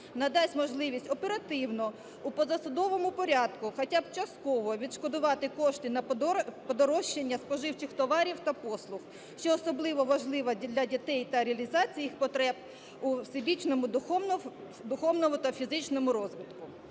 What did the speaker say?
надасть можливість оперативно у позасудовому порядку хоча б частково відшкодувати кошти на подорожчання споживчих товарів та послуг, що особливо важливо для дітей та реалізації їх потреб у всебічному духовному та фізичному розвитку.